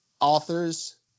authors